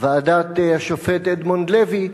ועדת השופט אדמונד לוי,